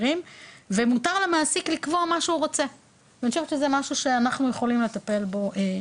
ומשום מה, כשזה מגיע לגברים יש להם